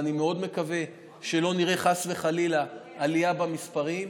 ואני מאוד מקווה שלא נראה עלייה במספרים,